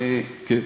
לידך.